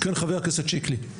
כן, חבר הכנסת שיקלי.